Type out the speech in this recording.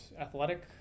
athletic